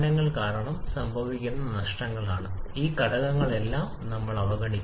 തമ്മിൽ കാര്യമായ വ്യത്യാസമുണ്ടെന്ന് നിങ്ങൾക്ക് കാണാൻ കഴിയും യഥാർത്ഥ പ്രവചനവും എയർ സ്റ്റാൻഡേർഡ് പ്രവചനവും